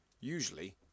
Usually